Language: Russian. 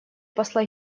посла